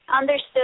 Understood